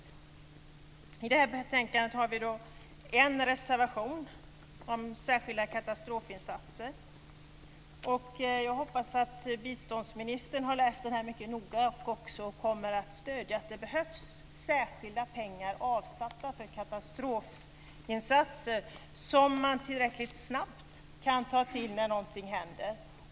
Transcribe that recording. Till det här betänkandet har vi en reservation om särskilda katastrofinsatser. Jag hoppas att biståndsministern har läst den noga och kommer att stödja att det behövs särskilda pengar avsatta för katastrofinsatser som kan användas tillräckligt snabbt när någonting händer.